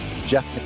Jeff